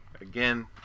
again